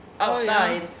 outside